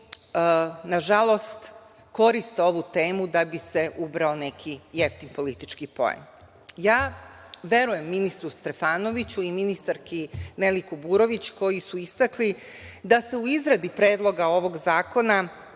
nažalost koriste ovu temu da bi se ubrao neki jeftin politički poen. Ja verujem ministru Stefanoviću i ministarki Neli Kuburović koji su istakli da se u izradi Predloga ovog zakona